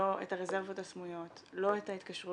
לא את הרזרבות הסמויות, לא את ההתקשרויות.